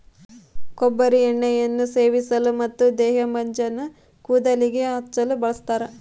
ಕೊಬ್ಬರಿ ಎಣ್ಣೆಯನ್ನು ಸೇವಿಸಲು ಮತ್ತು ದೇಹಮಜ್ಜನ ಕೂದಲಿಗೆ ಹಚ್ಚಲು ಬಳಸ್ತಾರ